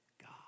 God